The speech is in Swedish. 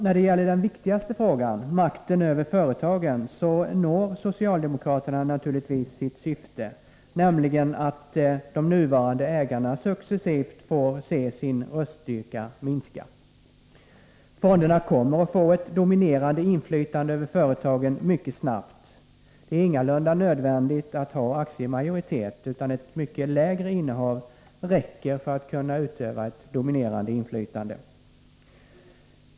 När det gäller den viktigaste frågan — makten över företagen — uppnår socialdemokraterna naturligtvis sitt syfte, nämligen att de nuvarande ägarna successivt får se sin röststyrka minska. Fonderna kommer att få ett dominerande inflytande över företagen mycket snabbt. Det är ingalunda nödvändigt att ha aktiemajoritet, utan ett mycket lägre innehav räcker för att kunna utöva ett dominerande inflytande.